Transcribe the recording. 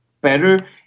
better